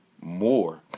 More